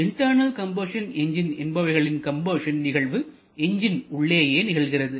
internal combustion engine என்பவைகளில் combustion நிகழ்வு engine உள்ளேயே நிகழ்கிறது